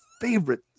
favorite